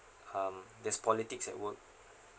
um there's politics at work